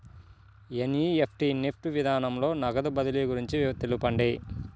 NEFT NEFT విధానంలో నగదు బదిలీ గురించి తెలుపండి?